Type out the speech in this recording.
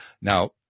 Now